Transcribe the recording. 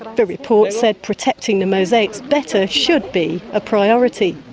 the report said protecting the mosaics better should be a priority.